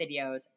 videos